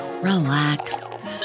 relax